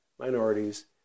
minorities